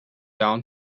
down